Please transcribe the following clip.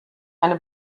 eine